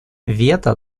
вето